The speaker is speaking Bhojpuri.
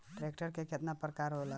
ट्रैक्टर के केतना प्रकार होला?